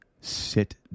sit